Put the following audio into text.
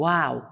Wow